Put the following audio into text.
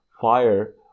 fire